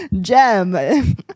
Gem